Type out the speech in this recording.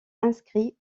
inscrits